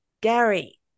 Gary